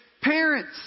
parents